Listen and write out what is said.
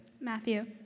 Matthew